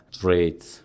trade